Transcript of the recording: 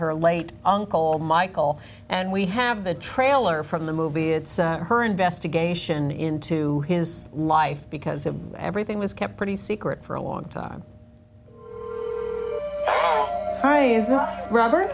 her late uncle michael and we have the trailer from the movie it's her investigation into his life because everything was kept pretty secret for a long time hi robert